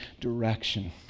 direction